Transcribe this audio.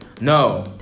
No